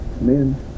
Men